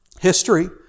history